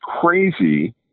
crazy